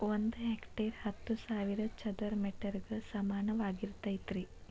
ಒಂದ ಹೆಕ್ಟೇರ್ ಹತ್ತು ಸಾವಿರ ಚದರ ಮೇಟರ್ ಗ ಸಮಾನವಾಗಿರತೈತ್ರಿ